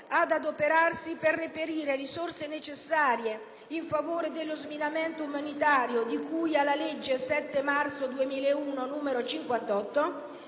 ad adoperarsi per reperire risorse in favore dello sminamento umanitario di cui alla legge 7 marzo 2001, n. 58;